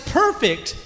perfect